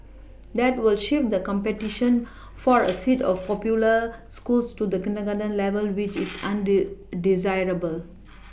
that will shift the competition for a seat of popular schools to the kindergarten level which is on due desirable